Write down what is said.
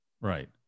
Right